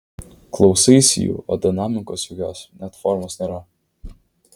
klausaisi jų o dinamikos jokios net formos nėra